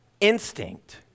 instinct